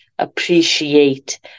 appreciate